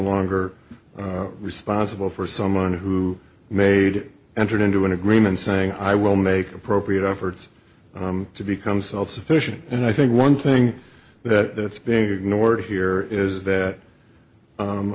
longer responsible for someone who made it entered into an agreement saying i will make appropriate efforts to become self sufficient and i think one thing that being ignored here is that